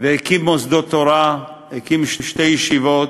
להקים מוסדות תורה, הקים שתי ישיבות: